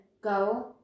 go